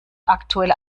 aktuelle